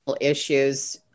issues